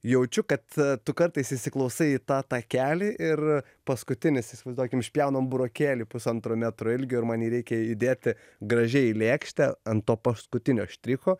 jaučiu kad tu kartais įsiklausai į tą takelį ir paskutinis įsivaizduokim išpjaunam burokėlį pusantro metro ilgio ir man jį reikia įdėti gražiai į lėkštę ant to paskutinio štricho